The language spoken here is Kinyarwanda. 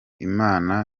imana